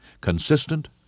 Consistent